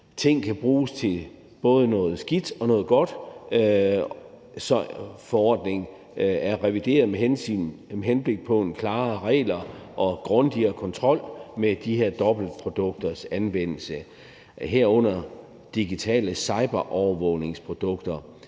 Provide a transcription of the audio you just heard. ting kan bruges til både noget skidt og noget godt. Så forordningen er revideret med henblik på klarere regler og grundigere kontrol med de her produkters dobbelte anvendelse, herunder digitale cyberovervågningsprodukter.